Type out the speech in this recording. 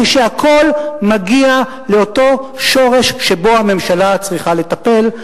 כשהכול מגיע לאותו שורש שבו הממשלה צריכה לטפל.